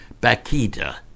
Bakita